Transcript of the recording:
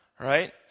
right